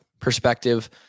perspective